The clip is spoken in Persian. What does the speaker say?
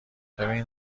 ببین